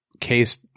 case